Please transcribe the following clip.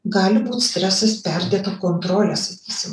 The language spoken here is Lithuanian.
gali būt stresas perdėta kontrolė sakysim